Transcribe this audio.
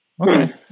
Okay